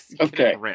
Okay